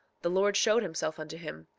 the lord showed himself unto him,